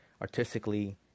artistically